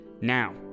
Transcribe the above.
Now